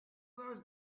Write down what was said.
those